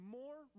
more